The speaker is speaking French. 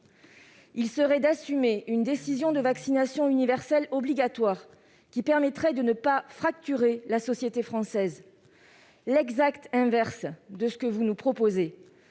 ce serait d'assumer une décision de vaccination universelle obligatoire qui permettrait de ne pas fracturer la société française. En somme, ce serait l'exact inverse de ce que vous nous proposez